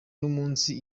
n’umunsi